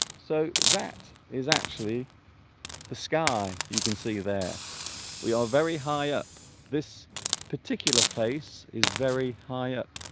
so that is actually the sky you can see there we are very high up this particular place is very high up